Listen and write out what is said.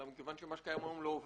אלא מכיוון שמה שקיים היום לא עובד.